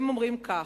הם אומרים כך: